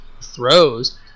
throws